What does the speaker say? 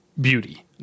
beauty